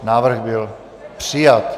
Návrh byl přijat.